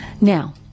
Now